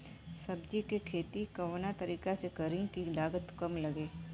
सब्जी के खेती कवना तरीका से करी की लागत काम लगे?